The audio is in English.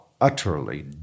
utterly